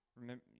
remember